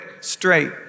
straight